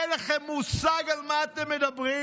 אין לכם מושג על מה אתם מדברים.